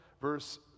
verse